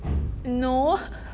no